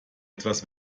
etwas